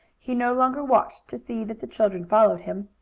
he no longer watched to see that the children followed him.